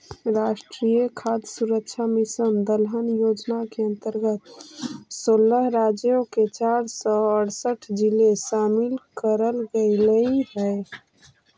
राष्ट्रीय खाद्य सुरक्षा मिशन दलहन योजना के अंतर्गत सोलह राज्यों के चार सौ अरसठ जिले शामिल करल गईल हई